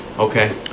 Okay